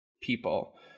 people